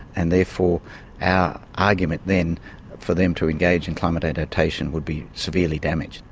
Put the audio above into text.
and therefore our argument then for them to engage in climate adaptation, would be severely damaged.